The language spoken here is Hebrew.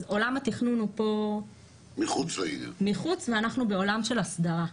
עולם התכנון הוא פה מחוץ ואנחנו בעולם של הסדרה.